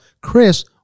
chris